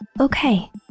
Okay